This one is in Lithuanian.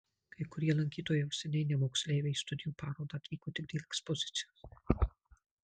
kai kurie lankytojai jau seniai ne moksleiviai į studijų parodą atvyko tik dėl ekspozicijos